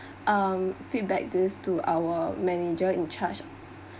um feedback this to our manager in charge